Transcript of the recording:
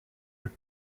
are